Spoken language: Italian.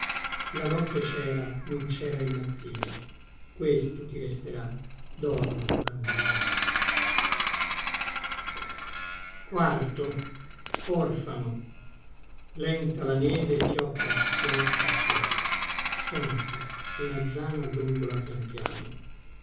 la notte cera non cera il mattino questo ti resterà dormi bambino lenta la neve fiocca fiocca fiocca senti una zana dondola pian piano